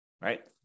right